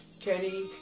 Kenny